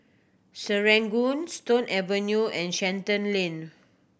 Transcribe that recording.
Serangoon Stone Avenue and Shenton Lane